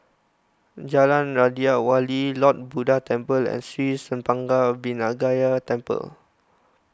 Jalan Raja Wali Lord Buddha Temple and Sri Senpaga Vinayagar Temple